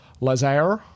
Lazare